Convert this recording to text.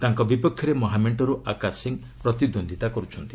ତାଙ୍କ ବିପକ୍ଷରେ ମହାମେଣ୍ଟରୁ ଆକାଶ ସିଂହ ପ୍ରତିଦ୍ୱନ୍ଦିତା କରୁଛନ୍ତି